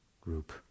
group